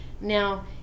Now